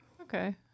Okay